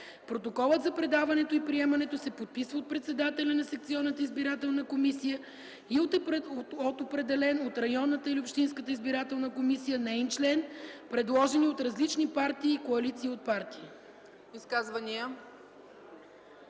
Протоколът за предаването и приемането се подписва от председателя на секционната избирателна комисия и от определен от районната или общинската избирателна комисия неин член, предложени от различни партии и коалиции от партии.”